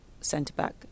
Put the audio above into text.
centre-back